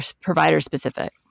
provider-specific